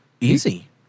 Easy